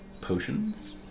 potions